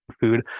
food